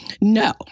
No